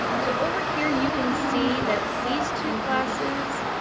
so over here you can see that these two classes